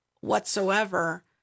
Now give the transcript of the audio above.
whatsoever